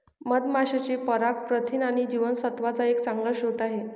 मधमाशांचे पराग प्रथिन आणि जीवनसत्त्वांचा एक चांगला स्रोत आहे